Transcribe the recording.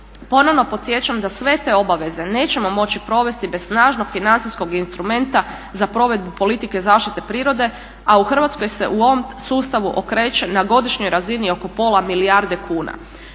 Ponovno podsjećam da sve te obaveze nećemo moći provesti bez snažnog financijskog instrumenta za provedbu politike zaštite prirode, a u Hrvatskoj se u ovom sustavu okreće na godišnjoj razini oko pola milijarde kuna.